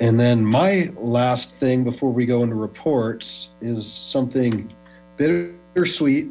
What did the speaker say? and then my last thing before we go into reports is something bitter sweet